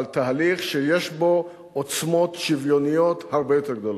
אבל תהליך שיש בו עוצמות שוויונות הרבה יותר גדולות.